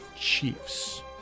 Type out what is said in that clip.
Chiefs